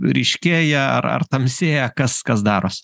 ryškėja ar ar tamsėja kas kas daros